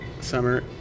Summer